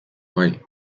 bai